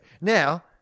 Now